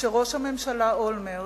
שראש הממשלה אולמרט,